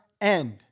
end